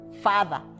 father